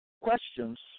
Questions